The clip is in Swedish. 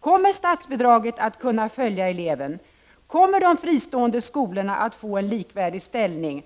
Kommer statsbidraget att följa eleven? Kommer de fristående skolorna att få en likvärdig ställning?